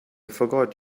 forgot